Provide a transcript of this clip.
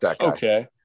okay